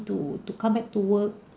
to to come back to work